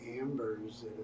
ambers